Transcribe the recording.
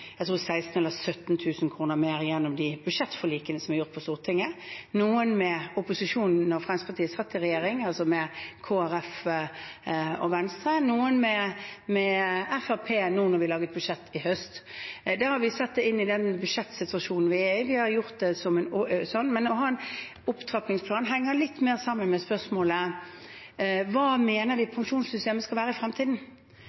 opposisjonen da Fremskrittspartiet satt i regjering, altså med Kristelig Folkeparti og Venstre, og noen med Fremskrittspartiet da vi laget budsjett i høst. Da har vi satt det inn i den budsjettsituasjonen vi er i. Vi har gjort det sånn, men å ha en opptrappingsplan henger litt mer sammen med spørsmålet: Hva mener vi